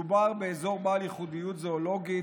מדובר באזור בעל ייחודיות זואולוגית,